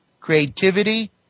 Creativity